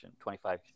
25